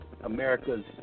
America's